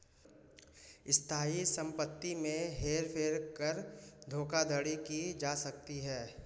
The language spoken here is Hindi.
स्थायी संपत्ति में हेर फेर कर धोखाधड़ी की जा सकती है